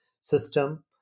system